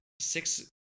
six